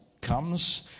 comes